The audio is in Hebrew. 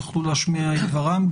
יוכלו להשמיע את דברם.